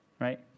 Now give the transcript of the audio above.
right